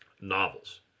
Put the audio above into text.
novels